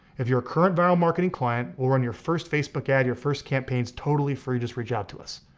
if you're a current vyral marketing client we'll run your first facebook ad, your first campaigns totally free, just reach out to us,